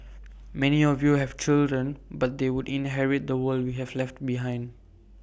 many of you have children but they would inherit the world we have left behind